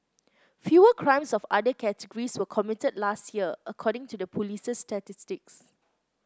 fewer crimes of other categories were committed last year according to the police's statistics